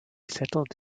settled